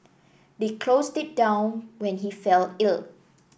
they closed it down when he fell ill